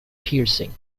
piercing